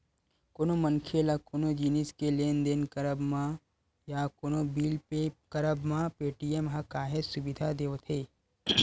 कोनो मनखे ल कोनो जिनिस के लेन देन करब म या कोनो बिल पे करब म पेटीएम ह काहेच सुबिधा देवथे